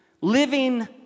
living